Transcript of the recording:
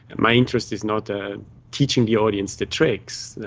and my interest is not ah teaching the audience the tricks,